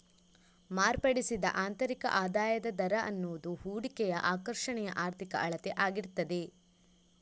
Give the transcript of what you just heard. ಮಾರ್ಪಡಿಸಿದ ಆಂತರಿಕ ಆದಾಯದ ದರ ಅನ್ನುದು ಹೂಡಿಕೆಯ ಆಕರ್ಷಣೆಯ ಆರ್ಥಿಕ ಅಳತೆ ಆಗಿರ್ತದೆ